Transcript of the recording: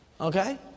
Okay